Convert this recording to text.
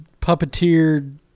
puppeteered